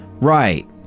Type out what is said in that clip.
Right